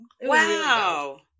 Wow